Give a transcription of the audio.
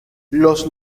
los